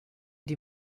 die